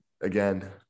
again